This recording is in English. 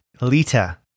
Lita